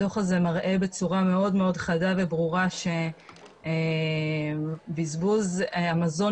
הדוח הזה מראה בצורה מאוד מאוד חדה וברורה שבזבוז המזון